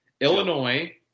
Illinois